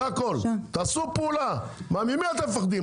זה הכול, תעשו פעולה, ממי אתם מפחדים?